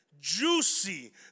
juicy